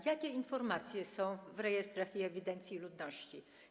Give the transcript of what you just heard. Jakie informacje są w rejestrach i ewidencji ludności?